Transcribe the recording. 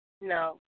No